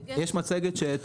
המצגת.